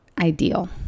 ideal